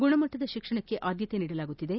ಗುಣಮಟ್ಟದ ಶಿಕ್ಷಣಕ್ಕೆ ಆದ್ದತೆ ನೀಡಲಾಗುತ್ತಿದೆ